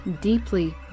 deeply